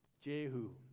Jehu